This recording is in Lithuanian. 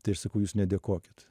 tai ir sakau jūs nedėkokit